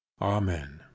amen